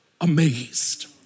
amazed